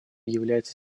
является